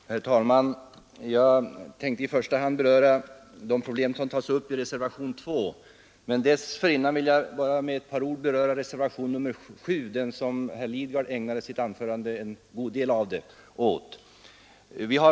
Herr talman! Jag tänkte i första hand beröra de problem som tas upp i reservationen 2. Dessförinnan vill jag emellertid med ett par ord beröra reservationen 7 — som herr Lidgard ägnade en del av sitt anförande åt.